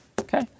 Okay